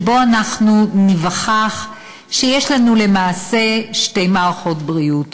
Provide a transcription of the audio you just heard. ואנחנו ניווכח שיש לנו למעשה שתי מערכות בריאות: